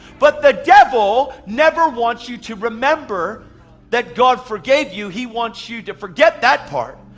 but the devil never wants you to remember that god forgave you. he wants you to forget that part.